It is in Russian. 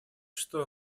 что